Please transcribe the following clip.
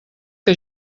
que